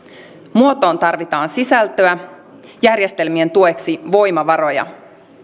muotoon tarvitaan sisältöä järjestelmien tueksi voimavaroja